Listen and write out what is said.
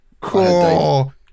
cool